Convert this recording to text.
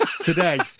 today